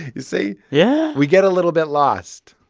see? yeah we get a little bit lost.